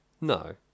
No